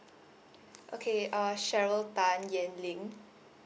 okay uh sheryl tan yen ling